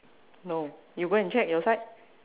no you go and check your side